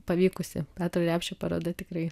pavykusi petro repšio paroda tikrai